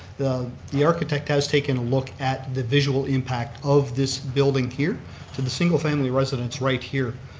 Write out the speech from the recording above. the the architect has taken a look at the visual impact of this building here to the single family residents right here.